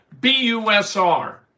BUSR